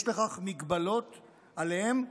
יש לכך הגבלות עליהם,